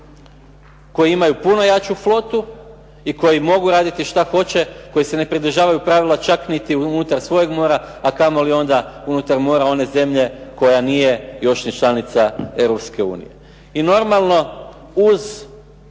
koji imaju puno jaču flotu i koji mogu raditi što hoće, koji se ne pridržavaju pravila čak niti unutar svoga mora a komoli onda unutar mora one zemlje koja nije još ni članica Europske unije. I normalno uz